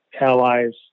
allies